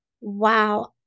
Wow